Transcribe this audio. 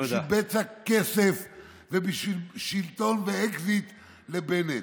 בשביל בצע כסף ובשביל שלטון ואקזיט לבנט.